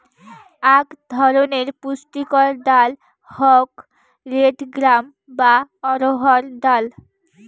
আক ধরণের পুষ্টিকর ডাল হউক রেড গ্রাম বা অড়হর ডাল